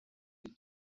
iyo